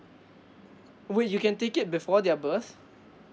wait you can take it before their birth